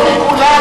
חבר הכנסת בר-און.